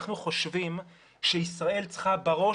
אנחנו חושבים שישראל צריכה בראש